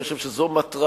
אני חושב שזו המטרה,